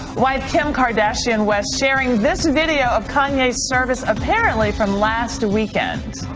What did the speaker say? wife kim kardashian-west sharing this video of kanye's service apparently from last weekend.